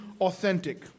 authentic